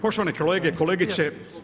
Poštovane kolege i kolegice.